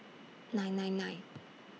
nine nine nine